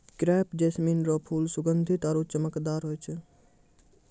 crepe jasmine रो फूल सुगंधीत आरु चमकदार होय छै